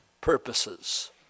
purposes